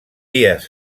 dies